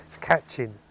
catching